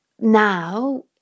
now